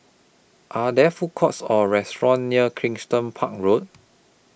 Are There Food Courts Or restaurants near Kensington Park Road